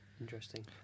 Interesting